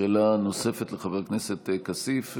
שאלה נוספת לחבר הכנסת כסיף?